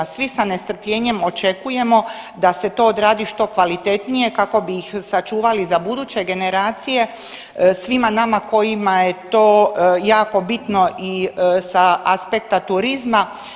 Svi sa nestrpljenjem očekujemo da se to odradi što kvalitetnije kako bi ih sačuvali za buduće generacije svima nama kojima je to jako bitno i sa aspekta turizma.